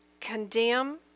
condemn